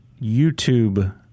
YouTube